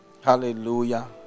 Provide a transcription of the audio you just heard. Hallelujah